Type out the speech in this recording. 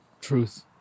Truth